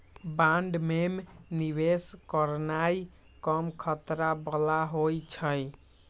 bond में निवेश करनाइ कम खतरा बला होइ छइ